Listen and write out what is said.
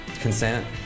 Consent